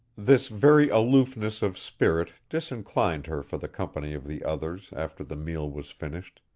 this very aloofness of spirit disinclined her for the company of the others after the meal was finished.